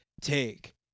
Take